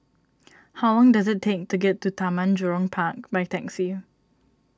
how long does it take to get to Taman Jurong Park by taxi